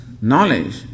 knowledge